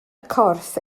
corff